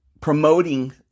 promoting